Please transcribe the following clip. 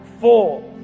Four